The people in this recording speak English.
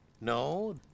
No